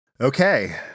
Okay